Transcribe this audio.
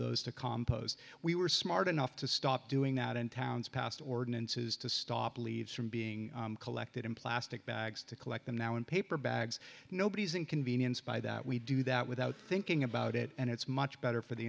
those to compost we were smart enough to stop doing that in towns past ordinances to stop leaves from being collected in plastic bags to collect them now in paper bags nobody is inconvenienced by that we do that without thinking about it and it's much better for the